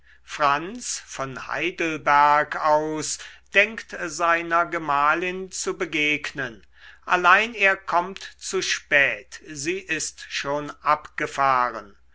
franz von heidelberg aus denkt seiner gemahlin zu begegnen allein er kommt zu spät sie ist schon abgefahren